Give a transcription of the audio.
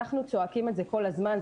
אנחנו צועקים את זה כל הזמן.